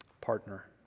partner